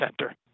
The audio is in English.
center